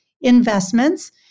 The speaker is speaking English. investments